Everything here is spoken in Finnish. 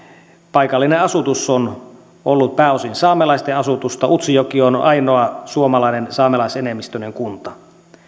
paikallinen asutus on ollut pääosin saamelaisten asutusta utsjoki on ainoa suomalainen saamelaisenemmistöinen kunta